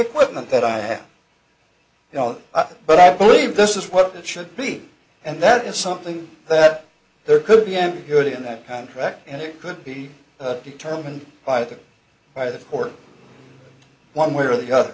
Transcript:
equipment that i have you know but i believe this is what it should be and that is something that there could be any good in that contract and it could be determined by the by the court one way or the other